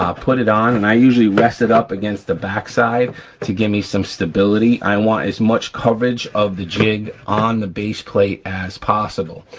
put it on, and i usually rest it up against the back side to give me some stability. i want as much coverage of the jig on the base plate as possible.